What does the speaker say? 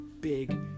big